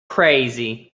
crazy